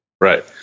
Right